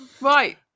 Right